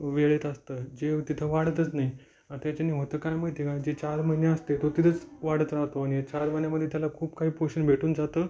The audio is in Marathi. वेळेत असतं जे तिथं वाढतच नाही त्याचेनी होतं काय माहिती आहे का जे चार महिने असते तो तिथेच वाढत राहतो आणि या चार महिन्यामध्ये त्याला खूप काही पोषण भेटून जातं